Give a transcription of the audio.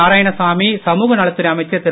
நாராயணசாமி சமூக நலத்துறை அமைச்சர் திரு